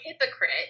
hypocrite